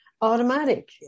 automatic